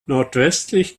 nordwestlich